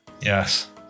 Yes